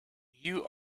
you